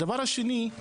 הדבר השני,